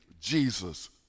Jesus